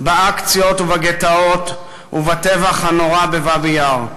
באקציות ובגטאות ובטבח הנורא בבאבי-יאר.